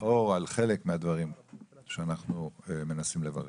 אור על חלק מהדברים שאנחנו מנסים לברר.